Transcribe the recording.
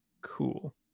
Cool